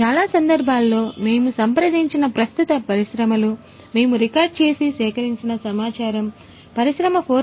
చాలా సందర్భాల్లో మేము సంప్రదించిన ప్రస్తుత పరిశ్రమలు మేము రికార్డ్ చేసి సేకరించిన సమాచారం పరిశ్రమ 4